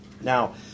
Now